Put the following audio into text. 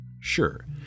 Sure